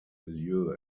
milieu